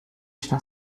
está